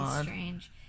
strange